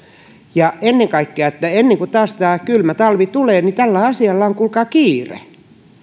ja ennen kuin taas kylmä talvi tulee niin tällä asialla on kuulkaa kiire